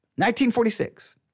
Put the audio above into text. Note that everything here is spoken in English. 1946